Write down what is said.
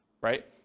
right